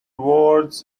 words